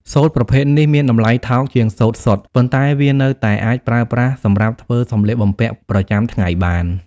សូត្រប្រភេទនេះមានតម្លៃថោកជាងសូត្រសុទ្ធ ប៉ុន្តែវានៅតែអាចប្រើប្រាស់សម្រាប់ធ្វើសំលៀកបំពាក់ប្រចាំថ្ងៃបាន។